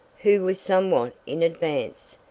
who was somewhat in advance.